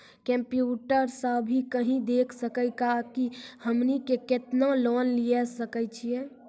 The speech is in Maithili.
कंप्यूटर सा भी कही देख सकी का की हमनी के केतना लोन मिल जैतिन?